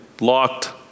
locked